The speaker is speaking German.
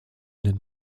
den